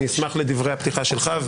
אני אשמח לדברי הפתיחה שלך,